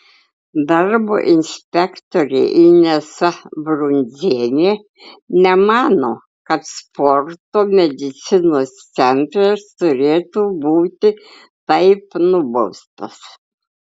darbo inspektorė inesa brundzienė nemano kad sporto medicinos centras turėtų būti taip nubaustas